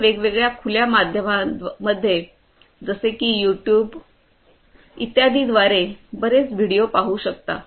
आपण वेगवेगळ्या खुल्या माध्यमांमध्ये जसे की युट्युब इत्यादींद्वारे बरेच व्हिडिओ पाहू शकता